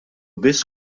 biss